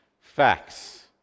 facts